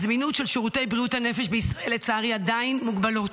הזמינות של שירותי בריאות הנפש בישראל עדיין מוגבלת,